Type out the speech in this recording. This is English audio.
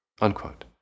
unquote